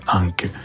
anche